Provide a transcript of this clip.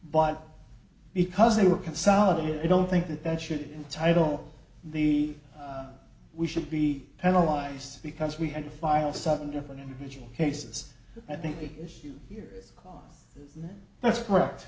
but because they were consolidated i don't think that that should entitle the we should be penalized because we had to file seven different individual cases i think the issue here is that that's correct